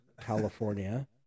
California